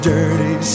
Dirty